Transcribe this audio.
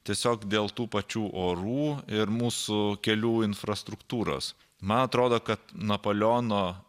tiesiog dėl tų pačių orų ir mūsų kelių infrastruktūros man atrodo kad napoleono